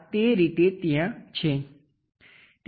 તેથી કાર તે રીતે ત્યાં છે